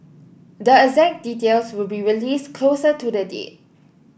the exact details will be released closer to the date